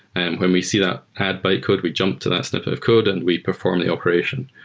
and when we see that add bytecode, we jump to that snippet of code and we perform the operation.